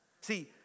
See